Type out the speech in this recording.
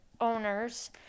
owners